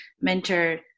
mentor